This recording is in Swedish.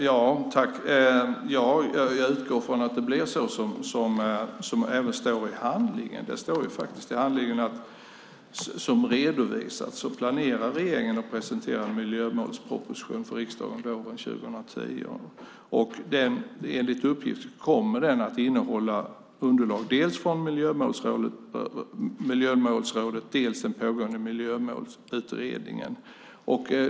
Fru talman! Jag utgår från att det blir så som det även står i handlingen. Det står faktiskt i handlingen att som redovisats planerar regeringen att presentera miljömålsproposition för riksdagen våren 2010. Enligt uppgift kommer den att innehålla underlag dels från Miljömålsrådet, dels från den pågående Miljömålsutredningen.